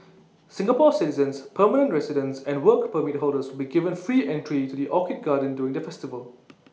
Singapore citizens permanent residents and Work Permit holders will be given free entry to the orchid garden during the festival